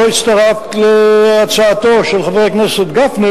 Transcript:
שלא הצטרפת להצעתו של חבר הכנסת גפני